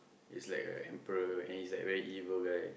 is like a emperor and he's a very evil guy